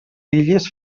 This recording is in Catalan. illes